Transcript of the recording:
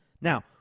Now